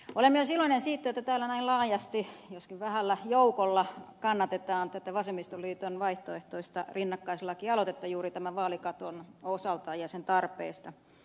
olen myös iloinen siitä että täällä näin laajasti joskin vähällä joukolla kannatetaan vasemmistoliiton vaihtoehtoista rinnakkaislakialoitetta juuri vaalikaton osalta ja sen tarpeista